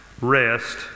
rest